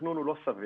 התכנון הוא לא סביר,